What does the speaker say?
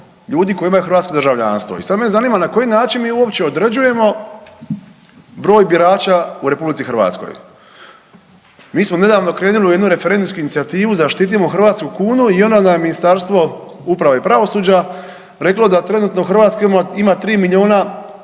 ljudi koji imaju hrvatsko državljanstvo. I sad me zanima na koji način mi uopće određujemo broj birača u RH. Mi smo nedavno krenuli u jednu referendumsku incijativu Zaštitimo hrvatsku kunu i onda nam Ministarstvo uprave i pravosuđa reklo da trenutno u Hrvatskoj ima 3 milijuna,